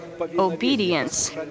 obedience